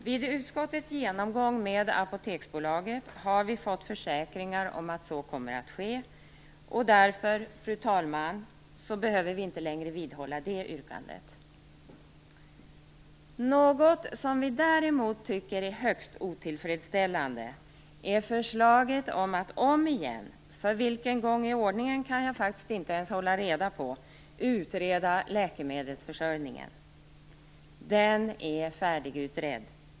Vid utskottets genomgång med Apoteksbolaget har vi fått försäkringar om att så kommer att ske. Därför, fru talman, behöver vi inte längre vidhålla vårt yrkande i den frågan. Något som vi däremot tycker är högst otillfredsställande är förslaget att återigen - för vilken gång i ordningen kan jag faktiskt inte hålla reda på - utreda läkemedelsförsörjningen. Den är färdigutredd.